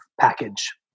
package